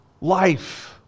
life